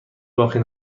باقی